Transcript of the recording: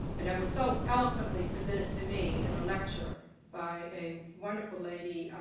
and that was so eloquently presented to me in a lecture by a wonderful lady,